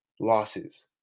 losses